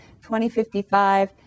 2055